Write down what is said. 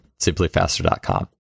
SimplyFaster.com